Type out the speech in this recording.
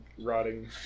rotting